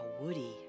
Woody